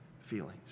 feelings